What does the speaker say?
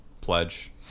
pledge